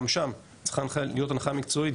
גם שם צריכה להיות הנחיה מקצועית,